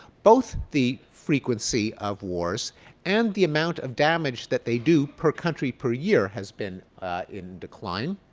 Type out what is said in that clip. both the frequency of wars and the amount of damage that they do per country per year, has been in decline.